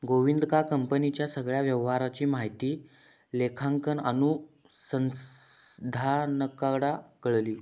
गोविंदका कंपनीच्या सगळ्या व्यवहाराची माहिती लेखांकन अनुसंधानाकडना कळली